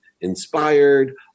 inspired